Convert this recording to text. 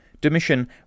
Domitian